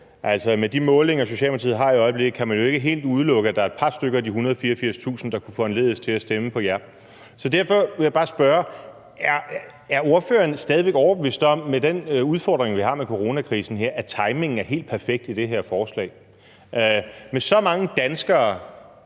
og med de målinger, Socialdemokratiet har i øjeblikket, kan man jo ikke helt udelukke, at der er et par stykker af de 184.000, der kunne foranlediges til at stemme på jer. Så derfor vil jeg bare spørge: Er ordføreren stadig væk overbevist om – med den udfordring, vi har med coronakrisen – at timingen er helt perfekt i det her forslag? Med så mange danskere,